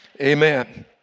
Amen